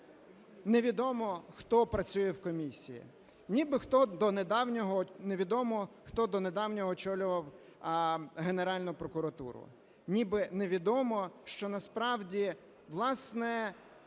невідомо, хто працює в комісії, ніби невідомо, хто до недавнього очолював Генеральну прокуратуру, ніби невідомо, що насправді, власне,